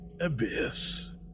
abyss